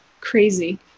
crazy